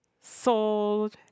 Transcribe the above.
sold